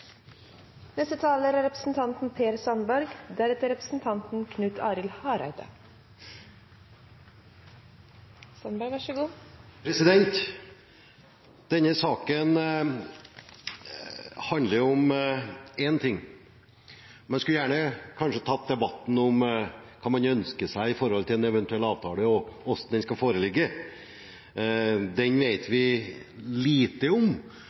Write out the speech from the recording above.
Denne saken handler om én ting, men man skulle kanskje tatt debatten om hva man ønsker seg i forhold til en eventuell avtale og hvordan den skal foreligge. Den vet vi lite om